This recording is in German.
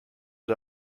der